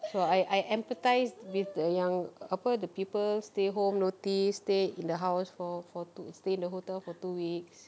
so I I empathise with the yang apa the people stay home notice stay in the house for for two stay in the hotel for two weeks